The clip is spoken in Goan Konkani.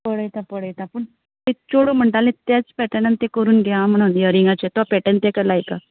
पळयता पळयता पूण तें चोडूं म्हणटालें त्याच पॅटनान तें करून घे आ म्हणन यरिंगाच्या तो पॅटन तेका लायक आ